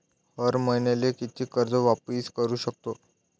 हर मईन्याले कितीक कर्ज वापिस करू सकतो?